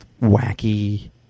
wacky